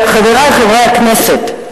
חברי חברי הכנסת,